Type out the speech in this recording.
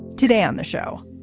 today on the show,